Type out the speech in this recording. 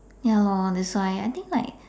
ya lor that's why I think like